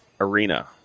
arena